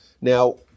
Now